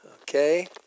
Okay